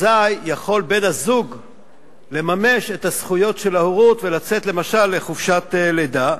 אזי יכול בן-הזוג לממש את הזכויות של ההורות ולצאת למשל לחופשת לידה,